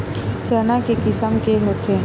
चना के किसम के होथे?